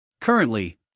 Currently